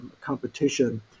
competition